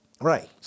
Right